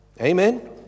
Amen